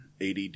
ADD